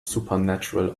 supernatural